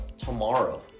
tomorrow